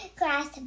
grass